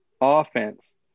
offense